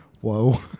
whoa